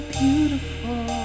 beautiful